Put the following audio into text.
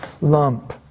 lump